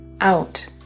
out